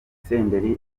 senderi